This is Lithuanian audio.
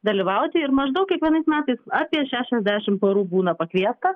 dalyvauti ir maždaug kiekvienais metais apie šešiasdešimt porų būna pakviesta